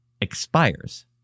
expires